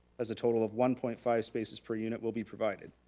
as a total of one point five spaces per unit will be provided.